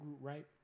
right